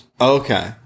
Okay